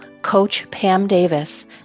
coachpamdavis